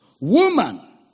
Woman